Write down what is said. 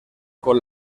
con